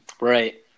Right